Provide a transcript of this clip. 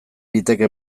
liteke